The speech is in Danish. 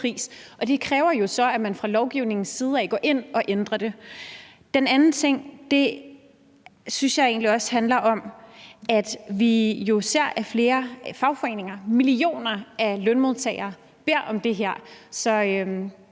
det kræver jo så, at man fra lovgivers side går ind og ændrer det. Den anden ting synes jeg egentlig også handler om, at vi ser, at flere fagforeninger, millioner af lønmodtagere, beder om det her,